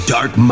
Dark